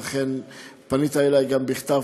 ואכן פנית אלי גם בכתב,